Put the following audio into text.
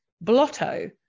blotto